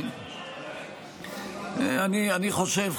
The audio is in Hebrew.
אני חושב,